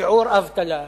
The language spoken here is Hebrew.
שיעור אבטלה,